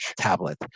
tablet